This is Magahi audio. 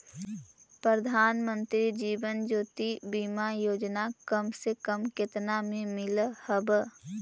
प्रधानमंत्री जीवन ज्योति बीमा योजना कम से कम केतना में मिल हव